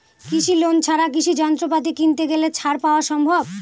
কৃষি লোন ছাড়া কৃষি যন্ত্রপাতি কিনতে গেলে ছাড় পাওয়া সম্ভব?